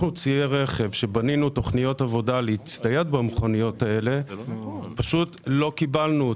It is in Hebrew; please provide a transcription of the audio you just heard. אנחנו שבנינו תוכניות עבודה להצטייד במכוניות האלה פשוט לא קיבלנו אותם.